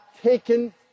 taken